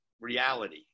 reality